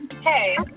Hey